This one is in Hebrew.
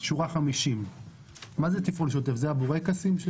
שורה 50. זה הבורקסים?